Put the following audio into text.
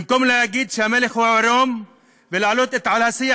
במקום להגיד שהמלך הוא עירום ולהעלות לשיח